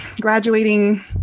graduating